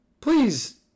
please